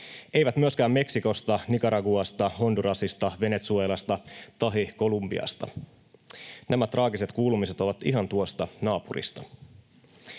eivät myöskään Meksikosta, Nicaraguasta, Hondurasista, Venezuelasta tahi Kolumbiasta. Nämä traagiset kuulumiset ovat ihan tuosta naapurista.